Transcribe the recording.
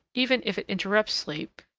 even if it interrupts sleep,